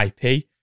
ip